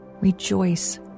rejoice